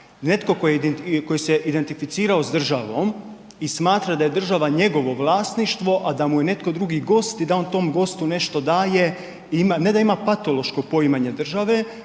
netko tko je se identificirao s državom i smatra da je država njegovo vlasništvo, a da mu je netko drugi gost i da on tom gostu nešto daje, ne da ima patološko poimanje države,